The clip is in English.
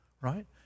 right